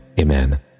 amen